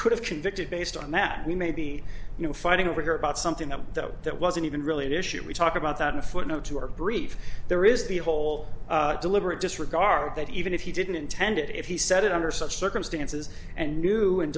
could have convicted based on that we may be you know fighting over here about something that though that wasn't even really an issue we talk about that in a footnote to our brief there is the whole deliberate disregard that even if he didn't intend it if he said it under such circumstances and knew and